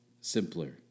Simpler